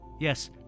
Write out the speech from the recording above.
Yes